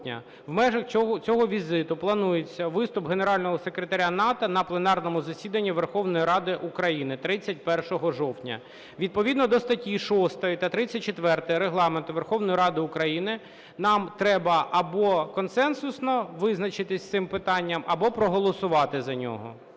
В межах цього візиту планується виступ Генерального секретаря НАТО на пленарному засіданні Верховної Ради України 31 жовтня. Відповідно до статті 6 та 34 Регламенту Верховної Ради України нам треба або консенсусно визначитись з цим питанням, або проголосувати за нього.